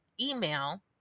email